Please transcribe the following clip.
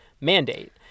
mandate